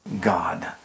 God